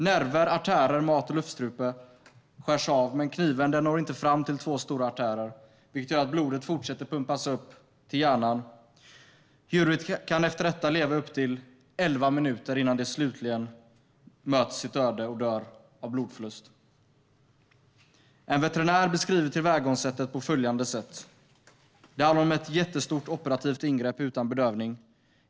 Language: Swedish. Nerver, artärer och mat och luftstrupe skärs av, men kniven når inte fram till två stora artärer, vilket gör att blodet fortsätter pumpas upp till hjärnan. Djuret kan efter detta leva i upp till elva minuter innan det slutligen möter sitt öde och dör av blodförlust. En veterinär beskriver tillvägagångssättet på följande sätt: "Det handlar om ett jättestort operativt ingrepp utan bedövning.